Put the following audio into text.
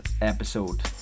episode